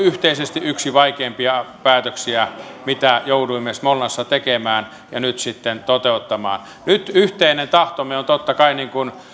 yhteisesti yksi vaikeimpia päätöksiä joita jouduimme smolnassa tekemään ja nyt sitten toteuttamaan nyt yhteinen tahtomme on totta kai niin kuin